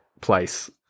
place